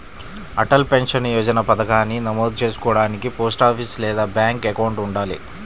Atal pension Yojana పథకానికి నమోదు చేసుకోడానికి పోస్టాఫీస్ లేదా బ్యాంక్ అకౌంట్ ఉండాలి